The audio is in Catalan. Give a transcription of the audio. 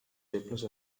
temples